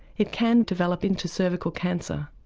it can develop into cervical cancer.